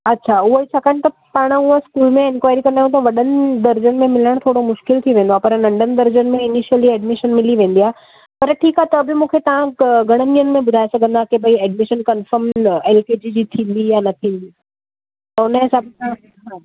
अच्छा उहा छाकाणि त पाण उहा स्कूल में इन्क्वारी कंदा आहियूं त वॾनि दर्जनि में मिलणु थोरो मुश्किल थी वेंदो आहे पर नंढनि दर्जनि में इनिशियली एडमिशन मिली वेंदी आहे पर ठीक आहे त बि मूंखे तव्हां घणनि ॾींहंनि में ॿुधाइ सघंदा के भई admission confirm L K G अ जी थींदी या न थींदी त उन हिसाब सां